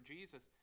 Jesus